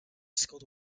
skilled